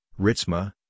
Ritzma